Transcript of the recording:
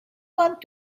want